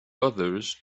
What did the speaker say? others